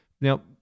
Now